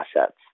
assets